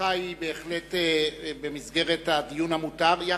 הרחבתך היא בהחלט במסגרת הדיון המותר.